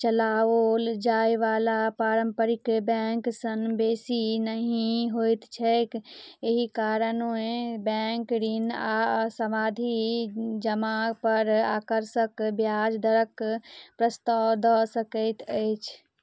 चलाओल जाइवला पारम्परिक बैंक सन बेसी नहि होइत छैक एहि कारण बैंक ऋण आओर सावधि जमापर आकर्षक ब्याज दरक प्रस्ताव दऽ सकैत अछि